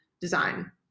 design